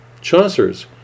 Chaucer's